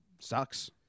Sucks